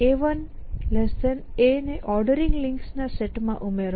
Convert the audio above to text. A1 A ને ordering links ના set માં ઉમેરો